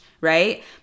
right